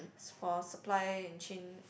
is for supply and chain